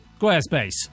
Squarespace